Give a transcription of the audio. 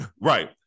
Right